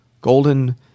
golden